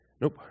Nope